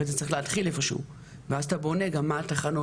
הרי זה צריך להתחיל איפשהו ואז אתה בונה גם מה התחנות,